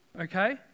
Okay